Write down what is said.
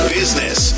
business